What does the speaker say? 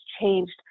changed